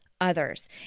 others